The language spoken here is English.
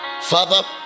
father